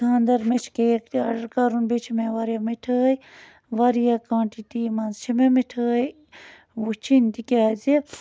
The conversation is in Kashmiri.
خانٛدر مےٚ چھُ کیک تہِ آرڈر کَرُن بیٚیہِ چھِ مےٚ واریاہ مِٹھٲے واریاہ کانٹِٹی منٛز چھِ مےٚ مِٹھٲے وٕچھِنۍ تِکیٛازِ